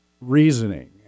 reasoning